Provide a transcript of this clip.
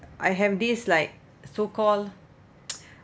I have this like so call